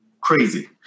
Crazy